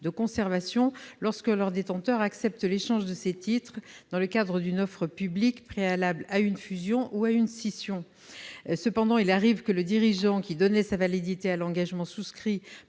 de conservation lorsque leur détenteur accepte l'échange de ses titres dans le cadre d'une offre publique préalable à une fusion ou à une scission. Cependant, il arrive que le dirigeant qui donnait sa validité à l'engagement souscrit